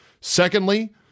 Secondly